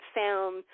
found